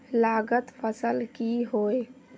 लागत फसल की होय?